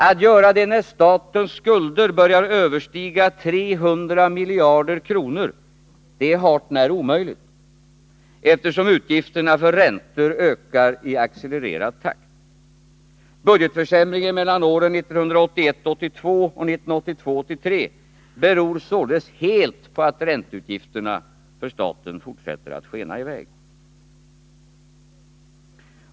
Att göra det när statens skulder börjar överstiga 300 miljarder kronor är hart när omöjligt, eftersom utgifterna för räntor ökar i accelererad takt. Budgetförsämringen mellan åren 1981 83 beror således helt på att ränteutgifterna för staten fortsätter att skena i väg.